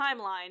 timeline